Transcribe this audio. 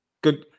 Good